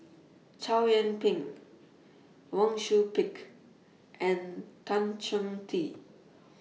Chow Yian Ping Wang Sui Pick and Tan Chong Tee